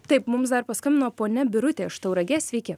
taip mums dar paskambino ponia birutė iš tauragės sveiki